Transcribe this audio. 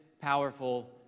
powerful